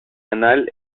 anal